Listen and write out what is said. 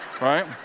right